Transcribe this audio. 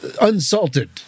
unsalted